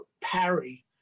parry